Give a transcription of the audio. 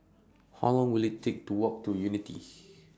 How Long Will IT Take to Walk to Unity